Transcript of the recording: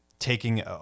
taking